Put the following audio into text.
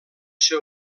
ser